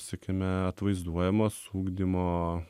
sakykime atvaizduojamos ugdymo